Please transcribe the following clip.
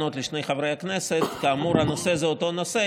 בשבועות האחרונים מגיעים מקרים ואנשים מתקשרים אליי,